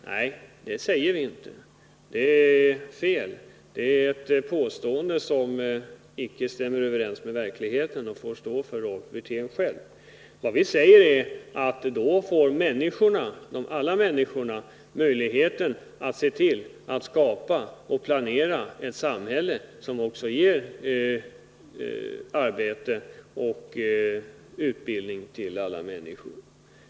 Nej, det säger vi inte. Det är fel. Det är ett påstående som icke stämmer överens med verkligheten och som får stå för Rolf Wirtén själv. Vad vi säger är att om socialismen tillämpas får alla människor möjlighet att planera och skapa ett samhälle som ger arbete och utbildning åt alla människor.